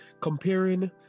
comparing